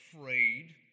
afraid